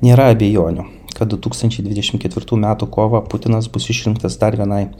nėra abejonių kad du tūkstančiai dvidešim ketvirtų metų kovą putinas bus išrinktas dar vienai